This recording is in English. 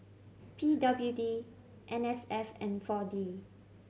P W D N S F and Four D